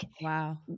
wow